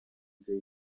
jay